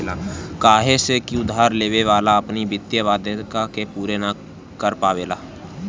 काहे से की उधार लेवे वाला अपना वित्तीय वाध्यता के पूरा ना कर पावेला